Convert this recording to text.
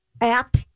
app